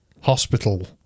hospital